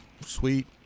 sweet